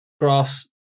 grass